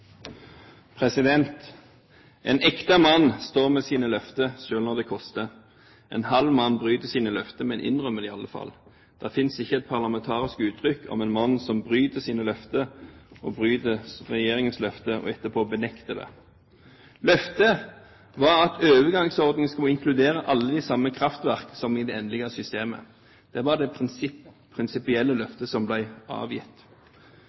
saka. En ekte mann står ved sine løfter, selv når det koster. En halv mann bryter sine løfter, men innrømmer det i alle fall. Det finnes ikke et parlamentarisk uttrykk om en mann som bryter sine løfter, bryter regjeringens løfter og etterpå benekter det. Løftet var at overgangsordningen skulle inkludere de samme kraftverk som i det endelige systemet. Det var det prinsipielle løftet som ble avgitt.